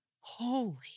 Holy